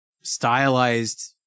stylized